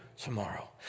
tomorrow